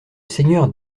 seigneur